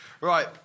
Right